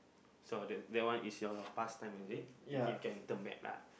so that that one is your past time is it if you can turn back lah